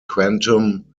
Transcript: quantum